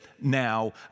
now